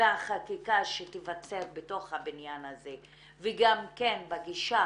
בחקיקה שתיווצר בתוך הבניין הזה, וגם כן בגישה